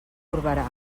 corberà